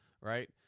right